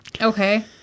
Okay